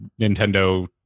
Nintendo